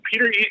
Peter